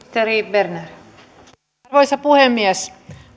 arvoisa puhemies